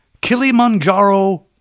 Kilimanjaro